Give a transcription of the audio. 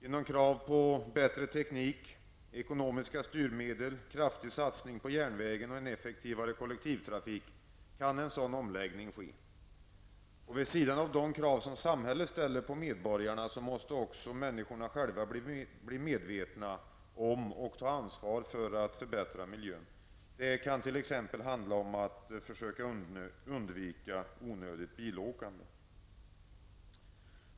Genom krav på bättre teknik, ekonomiska styrmedel, kraftig satsning på järnvägen och en effektivare kollektivtrafik kan en sådan omläggning ske. Vid sidan av de krav som samhället ställer på medborgarna måste också människorna själva bli medvetna och ta ansvar för att förbättra miljön. Det handlar t.ex. om att medvetet försöka undvika onödigt bilåkande.